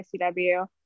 icw